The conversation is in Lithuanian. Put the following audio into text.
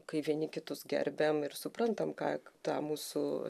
kai vieni kitus gerbiam ir suprantam ką k tą mūsų